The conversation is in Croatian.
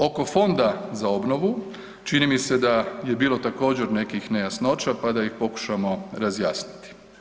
Oko Fonda za obnovu, čini mi se da je bilo također nekih nejasnoća pa da ih pokušamo razjasniti.